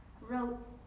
wrote